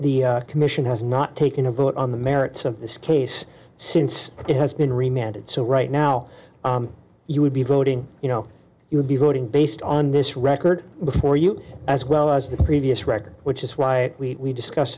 e commission has not taken a vote on the merits of this case since it has been remanded so right now you would be voting you know you would be voting based on this record before you as well as the previous record which is why we discuss